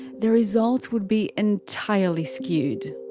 the results would be entirely skewed.